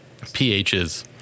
pHs